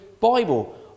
Bible